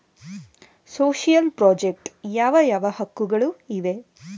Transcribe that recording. Social project ಯಾವ ಯಾವ ಹಕ್ಕುಗಳು ಇವೆ?